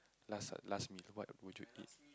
last uh last meal what would you eat